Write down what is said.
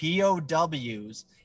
POWs